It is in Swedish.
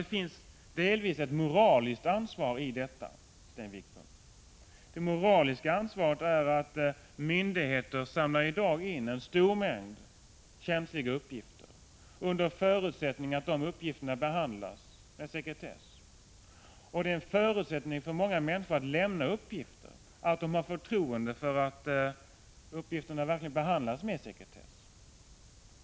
Det finns delvis ett moraliskt ansvar i detta, Sten Wickbom. Det moraliska ansvaret ligger i att myndigheter i dag samlar in en stor mängd känsliga uppgifter, förespeglande att de uppgifterna behandlas med sekretess. Förutsättningen för många människor att lämna uppgifter är att de har förtroende för att uppgifterna verkligen behandlas med sekretess.